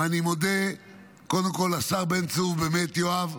ואני מודה קודם כול לשר בן צור, באמת, יואב,